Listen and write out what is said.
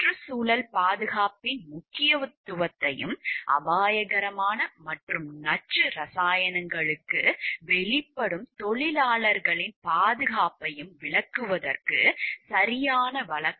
சுற்றுச்சூழல் பாதுகாப்பின் முக்கியத்துவத்தையும் அபாயகரமான மற்றும் நச்சு இரசாயனங்களுக்கு வெளிப்படும் தொழிலாளர்களின் பாதுகாப்பையும் விளக்குவதற்கு சரியான வழக்கு